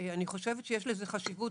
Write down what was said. אני חושבת שיש לזה חשיבות,